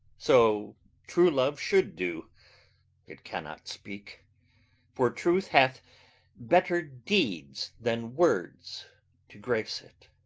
so true love should do it cannot speak for truth hath better deeds than words to grace it.